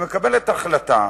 והיא מקבלת החלטה,